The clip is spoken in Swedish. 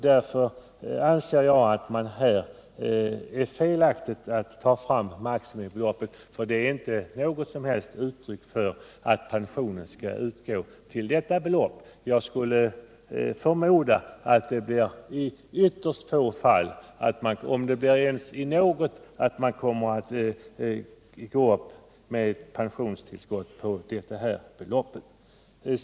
Därför anser jag att det är felaktigt att åberopa maximibeloppet, för det är inte något som helst uttryck för att pensionerna skall uppgå till motsvarande belopp. Jag förmodar att det blir ytterst få fall, om ens något, som kommer att medföra ett pensionstillskott av denna storlek.